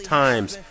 times